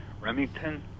Remington